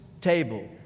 table